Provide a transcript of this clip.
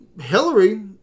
Hillary